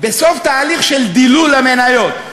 בסוף תהליך של דילול המניות,